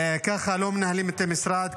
ככה לא מנהלים את המשרד,